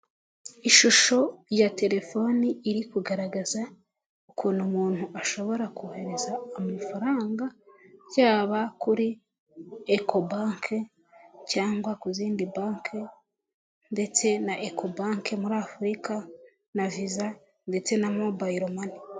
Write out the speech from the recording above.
Ishusho ya telefoni iri kugaragaza ukuntu umuntu ashobora kohereza amafaranga yaba kuri eko banke cyangwa ku zindi banki ndetse na eko banke muri Afurika na visa ndetse na mobayiro mani.